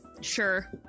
sure